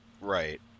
Right